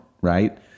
right